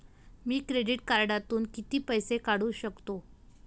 मी credit कार्डातून किती पैसे काढू शकतो?